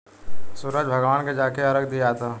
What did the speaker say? सूरज भगवान के जाके अरग दियाता